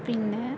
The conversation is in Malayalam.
പിന്നെ